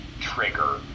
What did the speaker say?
trigger